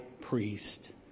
priest